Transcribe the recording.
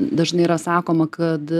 dažnai yra sakoma kad